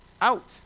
out